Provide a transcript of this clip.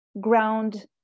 ground